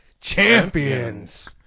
Champions